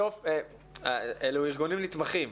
אלו ארגונים נתמכים,